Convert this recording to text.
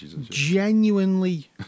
genuinely